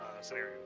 scenario